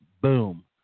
boom